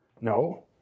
No